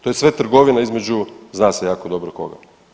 To je sve trgovina između zna se jako dobro koga.